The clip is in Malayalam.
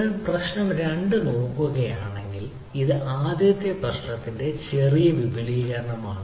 നിങ്ങൾ പ്രശ്നം 2 നോക്കുകയാണെങ്കിൽ അത് ആദ്യ പ്രശ്നത്തിന്റെ ചെറിയ വിപുലീകരണമാണ്